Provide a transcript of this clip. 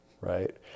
right